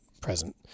present